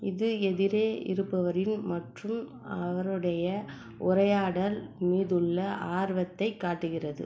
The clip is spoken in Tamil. இது எதிரே இருப்பவரின் மற்றும் அவருடைய உரையாடல் மீதுள்ள ஆர்வத்தைக் காட்டுகிறது